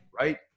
Right